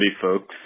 folks